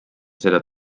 seda